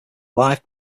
live